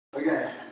Okay